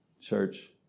Church